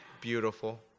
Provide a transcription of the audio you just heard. beautiful